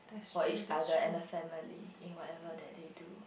for each other and the family in whatever that they do